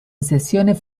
sesiones